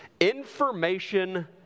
Information